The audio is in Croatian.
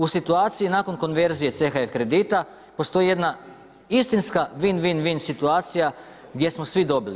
U situaciji nakon konverzije CHF kredita postoji jedna istinska win win win situacija gdje smo svi dobili.